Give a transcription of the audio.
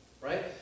right